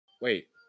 wait